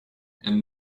and